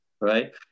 right